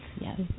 Yes